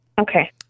Okay